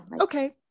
Okay